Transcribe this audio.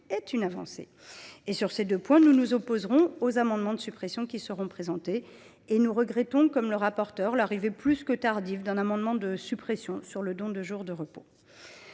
est une avancée. Sur ces deux points, nous nous opposerons aux amendements de suppression qui seront présentés. Et nous regrettons, comme le rapporteur, l’arrivée plus que tardive d’un amendement de suppression sur le don de jours de repos.